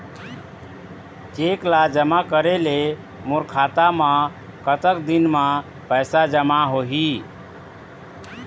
Cheque ला जमा करे ले मोर खाता मा कतक दिन मा पैसा जमा होही?